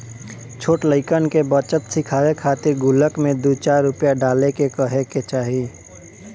छोट लइकन के बचत सिखावे खातिर गुल्लक में दू चार रूपया डाले के कहे के चाही